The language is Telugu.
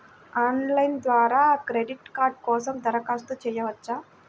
ఆన్లైన్ ద్వారా క్రెడిట్ కార్డ్ కోసం దరఖాస్తు చేయవచ్చా?